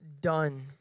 done